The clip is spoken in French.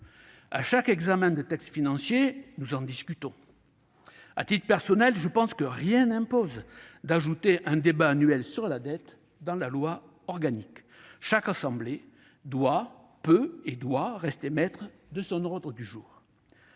À chaque examen d'un texte financier, nous en discutons. C'est pourquoi, à titre personnel, je pense que rien n'impose d'ajouter un débat annuel sur la dette dans la loi organique. Chaque assemblée peut et doit rester maîtresse de son ordre du jour.